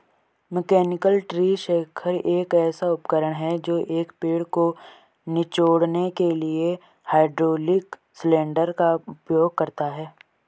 mechanical tree shaker एक ऐसा उपकरण है जो एक पेड़ को निचोड़ने के लिए हाइड्रोलिक सिलेंडर का उपयोग करता है